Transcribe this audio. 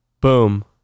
Boom